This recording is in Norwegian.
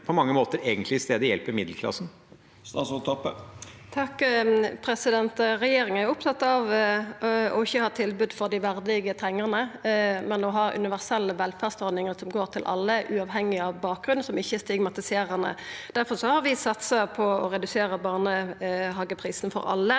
på mange måter egentlig i stedet hjelper middelklassen? Statsråd Kjersti Toppe Regjeringa er opptatt av å ikkje ha tilbod for dei verdig trengande, men å ha universelle velferdsordningar som går til alle, uavhengig av bakgrunn, og som ikkje er stigmatiserande. Difor har vi satsa på å redusera barnehageprisen for alle,